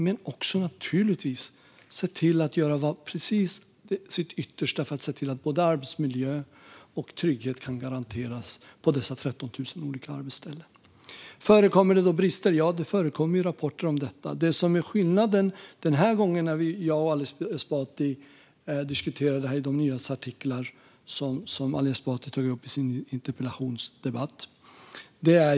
Men det handlar naturligtvis också om att göra sitt yttersta för att se till att både arbetsmiljö och trygghet kan garanteras på dessa 13 000 olika arbetsställen. Förekommer det brister? Ja, det förekommer rapporter om det. Det finns en skillnad den här gången, när jag och Ali Esbati diskuterar detta, i de nyhetsartiklar som Ali Esbati tar upp i sin interpellation.